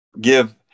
give –